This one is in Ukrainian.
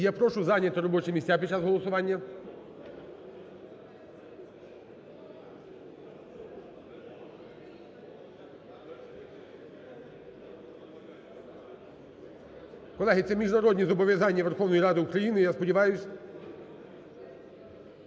я прошу зайняти робочі місця під час голосування. Колеги, це міжнародні зобов'язання Верховної Ради України, я сподіваюсь